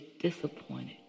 disappointed